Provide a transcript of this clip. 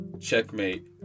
checkmate